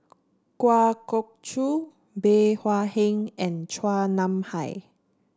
Kwa Geok Choo Bey Hua Heng and Chua Nam Hai